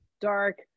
dark